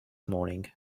morning